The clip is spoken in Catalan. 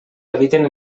habiten